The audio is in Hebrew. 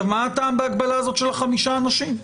מה הטעם בהגבלה הזאת של חמישה אנשים?